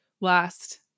last